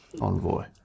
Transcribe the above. envoy